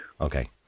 Okay